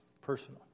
personal